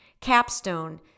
capstone